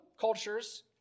cultures